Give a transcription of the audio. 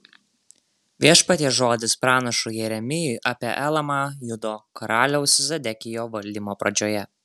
viešpaties žodis pranašui jeremijui apie elamą judo karaliaus zedekijo valdymo pradžioje